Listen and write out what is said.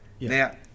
Now